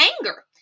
anger